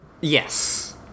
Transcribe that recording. Yes